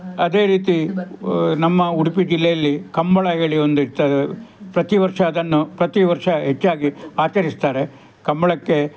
ಅದೇ ರೀತಿ ನಮ್ಮ ಉಡುಪಿ ಜಿಲ್ಲೆಯಲ್ಲಿ ಕಂಬಳ ಹೇಳಿ ಒಂದು ಇರ್ತದೆ ಪ್ರತಿ ವರ್ಷ ಅದನ್ನು ಪ್ರತಿ ವರ್ಷ ಹೆಚ್ಚಾಗಿ ಆಚರಿಸ್ತಾರೆ ಕಂಬಳಕ್ಕೆ